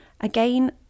Again